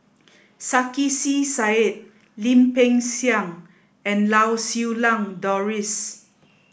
Sarkasi Said Lim Peng Siang and Lau Siew Lang Doris